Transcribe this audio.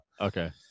Okay